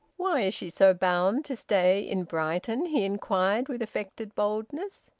why is she so bound to stay in brighton? he inquired with affected boldness.